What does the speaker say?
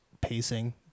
pacing